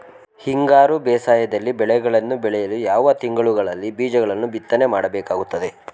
ಹಿಂಗಾರು ಬೇಸಾಯದಲ್ಲಿ ಬೆಳೆಗಳನ್ನು ಬೆಳೆಯಲು ಯಾವ ತಿಂಗಳುಗಳಲ್ಲಿ ಬೀಜಗಳನ್ನು ಬಿತ್ತನೆ ಮಾಡಬೇಕಾಗುತ್ತದೆ?